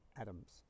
atoms